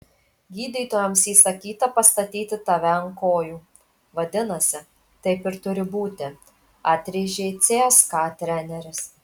gydytojams įsakyta pastatyti tave ant kojų vadinasi taip ir turi būti atrėžė cska treneris